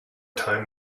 time